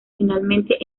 finalmente